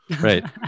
Right